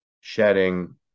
shedding